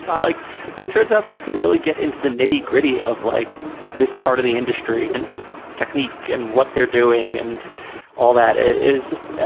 like it turns up. you can really get into the nitty gritty of like this part of the industry and technique and what they're doing and all that is just.